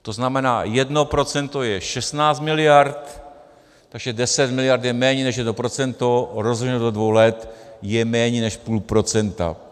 To znamená, jedno procento je 16 miliard, takže 10 miliard je méně než jedno procento, rozvinuto do dvou let je to méně než půl procenta.